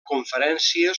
conferències